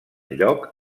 lloc